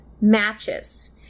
Matches